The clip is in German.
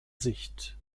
sicht